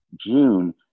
June